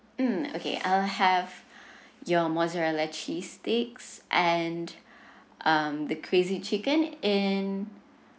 mm okay uh have your mozzarella cheese sticks and um the crazy chicken in